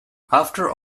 after